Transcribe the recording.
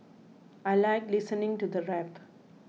I like listening to the rap